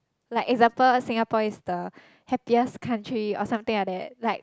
like example Singapore is the happiest country or something like that like